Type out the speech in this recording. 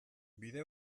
bide